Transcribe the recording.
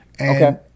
Okay